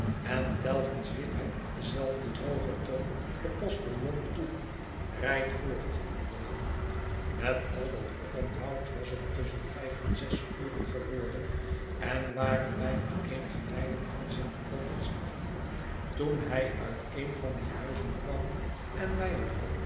en telkens riep hij op denzelfden drogen toon den postiljon toe rijd voort jongen met al dat oponthoud was het tusschen vijf en zes uren geworden en waren wij nog eenige mijlen van st albans af toen hij uit een van die huizen kwam en mij een